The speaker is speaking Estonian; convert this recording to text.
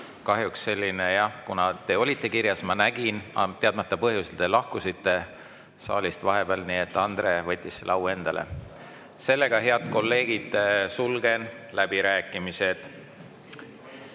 Kahjuks selline, jah … Te olite kirjas, ma nägin, aga teadmata põhjusel te lahkusite saalist vahepeal, nii et Andre võttis selle au endale. Head kolleegid, sulgen läbirääkimised.